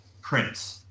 prints